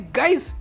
guys